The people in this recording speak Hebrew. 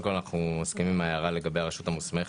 אנחנו מסכימים עם ההערה לגבי הרשות המוסמכת.